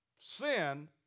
Sin